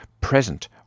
present